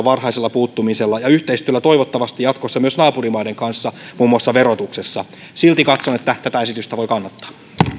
varhaisella puuttumisella ja toivottavasti jatkossa myös yhteistyöllä naapurimaiden kanssa muun muassa verotuksessa silti katson että tätä esitystä voi kannattaa